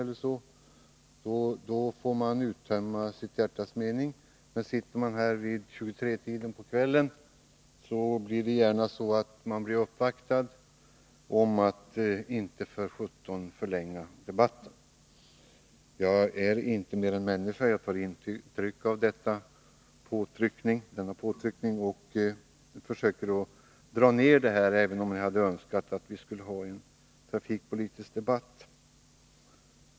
Men om man skall hålla ett anförande vid 23-tiden, då blir man uppvaktad med uppmaningen att för allt i världen inte förlänga debatten. Jag är inte mer än människa och tar alltså intryck av sådana påtryckningar. Därför skall jag dra ned tiden för mitt anförande, även om jag hade önskat få till stånd en trafikpolitisk debatt.